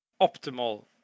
optimal